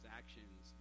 actions